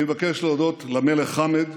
אני מבקש להודות למלך חמד,